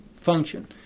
function